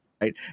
Right